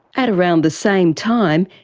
at around the same time,